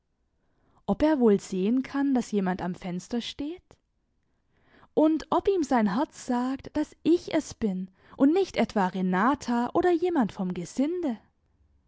ob er wohl sehen kann daß jemand am fenster steht und ob ihm sein herz sagt daß ich es bin und nicht etwa renata oder jemand vom gesinde